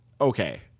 Okay